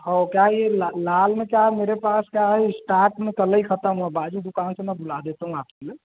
हओ क्या ये लाल में क्या ये मेरे पास क्या है स्टॉक में कल ही खत्म हुआ बाजू की दुकान से मैं बुला देता हूँ आपके लिए